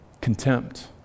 Contempt